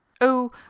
Oh